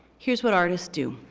here's what artists do,